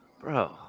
Bro